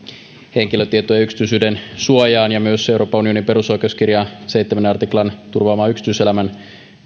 henkilötietojen ja yksityisyyden suojaan ja myös euroopan unionin perusoikeuskirjan seitsemännen artiklan turvaamaan yksityiselämän